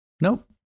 nope